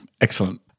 excellent